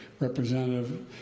Representative